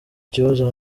ikibazo